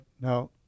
Now